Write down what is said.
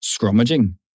scrummaging